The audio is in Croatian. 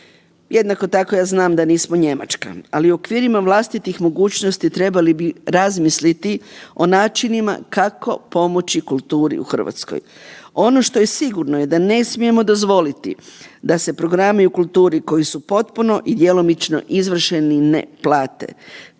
Jednako tako, ja znam da nismo Njemačka, ali u okvirima vlastitih mogućnosti trebali bi razmisliti o načinima kako pomoći kulturi u RH. Ono što je sigurno je da ne smijemo dozvoliti da se programi u kulturi koji su potpuno i djelomično izvršeni ne plate.